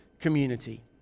community